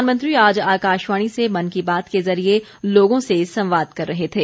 प्रधानमंत्री आज आकाशवाणी से मन की बात के जरिए लोगों से संवाद कर रहे थे